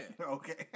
Okay